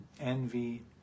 envy